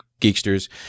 Geeksters